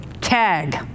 Tag